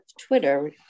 Twitter